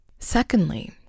Secondly